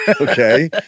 Okay